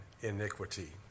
iniquity